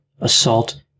assault